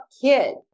kid